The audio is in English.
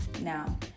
Now